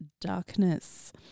Darkness